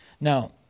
Now